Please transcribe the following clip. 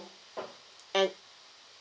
and